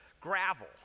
gravel